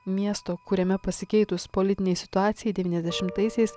miesto kuriame pasikeitus politinei situacijai devyniasdešimtaisiais